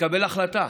תתקבל החלטה